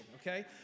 okay